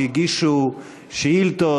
שהגישו שאילתות,